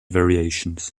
variations